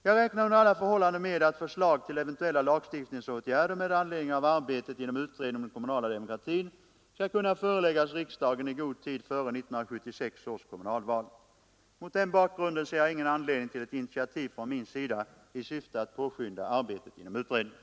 Jag räknar under alla förhållanden med att förslag till eventuella lagstiftningsåtgärder med anledning av arbetet inom utredningen om den kommunala demokratin skall kunna föreläggas riksdagen i god tid före 1976 års kommunalval. Mot den bakgrunden ser jag ingen anledning till ett initiativ från min sida i syfte att påskynda arbetet inom utredningen.